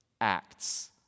acts